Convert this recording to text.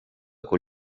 con